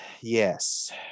Yes